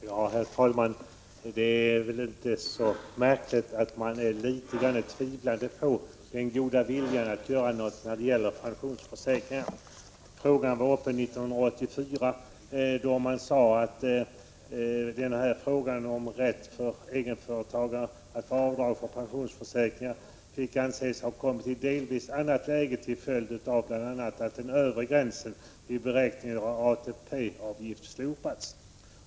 Tylö Herr talman! Det är väl inte så märkligt att jag är litet tvivlande på den goda viljan att göra något när det gäller pensionsförsäkringarna. Frågan var uppe 1984, då man sade att frågan om rätt för egenföretagare att göra avdrag för pensionsförsäkringar fick anses ha kommit i ett delvis annat läge till följd bl.a. av att den övre gränsen vid beräkning av ATP-avgift slopats.